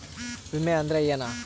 ವಿಮೆ ಅಂದ್ರೆ ಏನ?